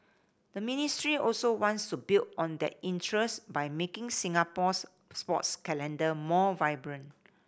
the ministry also wants to build on that interest by making Singapore's sports calendar more vibrant